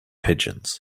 pigeons